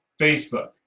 Facebook